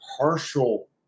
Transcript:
partial